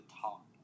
talk